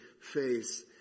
face